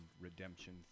redemption